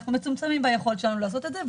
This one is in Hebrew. אנחנו מצומצמים ביכולת שלנו לעשות את זה.